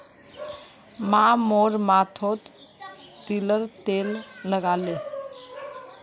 माँ मोर माथोत तिलर तेल लगाले